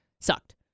sucked